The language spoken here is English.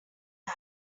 lie